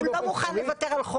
לא מוכן לוותר על חומש.